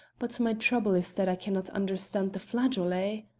but my trouble is that i cannot understand the flageolet.